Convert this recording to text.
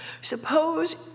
Suppose